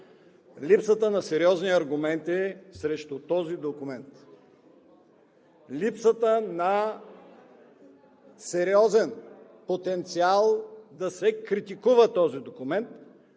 липсата на сериозни аргументи срещу този документ, липсата на сериозен потенциал да се критикува този документ,